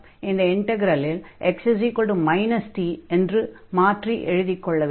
அந்த இன்டக்ரலில் x t என்று மாற்றி எழுதிக் கொள்ள வேண்டும்